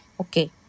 Okay